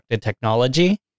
technology